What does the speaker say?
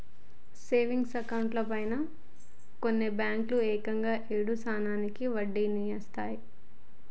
savings అకౌంట్లపైన కూడా కొన్ని బ్యేంకులు ఏకంగా ఏడు శాతానికి పైగా వడ్డీనిత్తన్నయ్